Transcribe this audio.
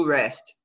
rest